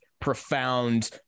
profound